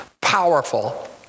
Powerful